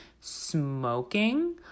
smoking